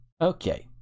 Okay